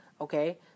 okay